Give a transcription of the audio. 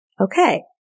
Okay